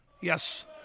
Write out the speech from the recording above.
Yes